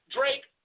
Drake